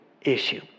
issue